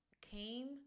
came